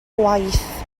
gwaith